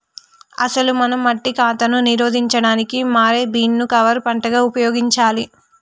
అసలు మనం మట్టి కాతాను నిరోధించడానికి మారే బీన్ ను కవర్ పంటగా ఉపయోగించాలి